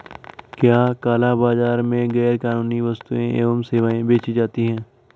क्या काला बाजार में गैर कानूनी वस्तुएँ एवं सेवाएं बेची जाती हैं?